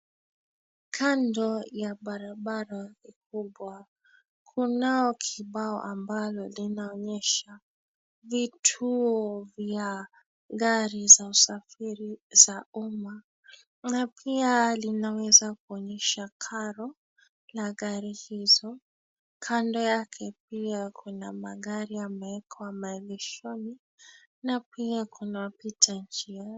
Kando ya barabara kubwa kunao kibao ambalo linaonyesha vituo vya gari za usafiri za umma na pia linaweza kuonyesha karo la gari hizo. Kando yake pia kuna magari yamewekwa maegeshoni na pia kuna wapita njia.